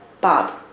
Bob